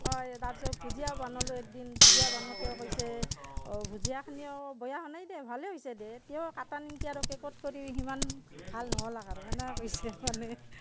কয় তাৰ পিছত ভুজিয়াও বনালোঁ এদিন ভুজিয়া বানওঁতেও কৈছে অ' ভুজিয়াখিনিও বয়া হোৱা নাই দে ভালেই হৈছে দে তেও কাটা নিমকি আৰু কেকতকৈ সিমান ভাল নহ'ল আৰু সেনেকৈ কৈছে মানে